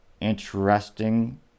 interesting